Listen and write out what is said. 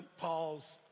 Paul's